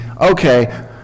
Okay